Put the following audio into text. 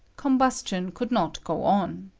combustion could not go on.